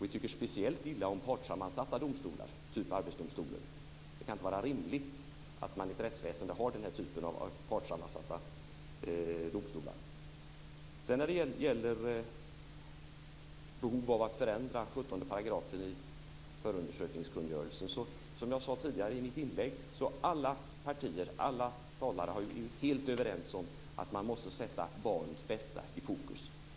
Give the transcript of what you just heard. Vi tycker speciellt illa om partssammansatta domstolar typ Arbetsdomstolen. Det kan inte vara rimligt att i ett rättsväsende ha den här typen av partssammansatta domstolar. När det sedan gäller behovet av att förändra 17 § förundersökningskungörelsen är ju, som jag sade i mitt inlägg tidigare, alla partier helt överens om att man måste sätta barnens bästa i fokus.